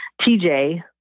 TJ